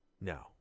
No